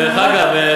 דרך אגב,